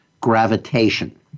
gravitation